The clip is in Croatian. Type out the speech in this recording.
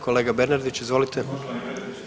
Kolega Bernardić, izvolite.